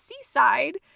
seaside